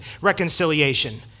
reconciliation